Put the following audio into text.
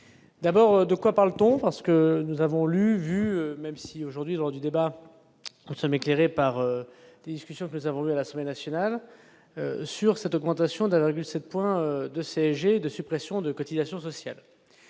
D'abord, de quoi parle-t-on, parce que nous avons lu, même si, aujourd'hui, lors du débat, nous sommes éclairés par des discussions que nous avons la semaine nationale sur cette augmentation d'la 7 points de CSG de suppression de cotisations sociales,